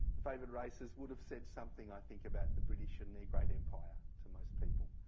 favored races would have said something, i think, about the british and their great empire to most people.